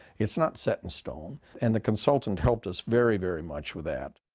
it's not set in stone. and the consultant helped us very, very much with that.